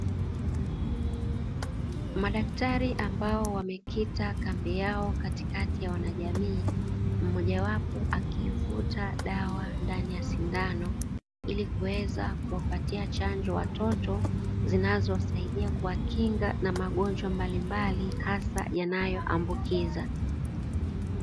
Madaktari ambao wamekita kambi yao katikati ya wanajamii, mmoja wapo akiivuta dawa ndani ya sindano ili kuweza kuwapatia chanjo watoto, zinazowasaidia kuwakinga na magonjwa mbalimbali hasa yanayoambukiza.